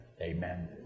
Amen